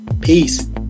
Peace